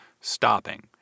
stopping